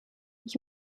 ich